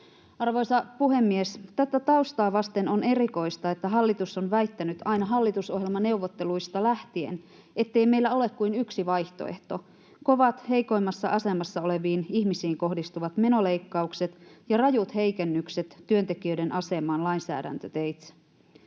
Arvoisa puhemies! Tätä taustaa vasten on erikoista, että hallitus on väittänyt aina hallitusohjelmaneuvotteluista lähtien, ettei meillä ole kuin yksi vaihtoehto: kovat heikoimmassa asemassa oleviin ihmisiin kohdistuvat menoleikkaukset ja rajut heikennykset työntekijöiden asemaan lainsäädäntöteitse.